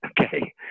Okay